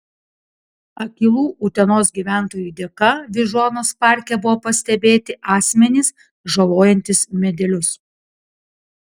akylų utenos gyventojų dėka vyžuonos parke buvo pastebėti asmenys žalojantys medelius